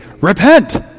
repent